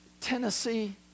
Tennessee